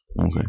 Okay